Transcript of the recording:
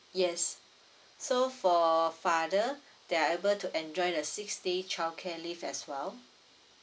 yes so for father they are able to enjoy the six day childcare leave as well